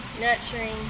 nurturing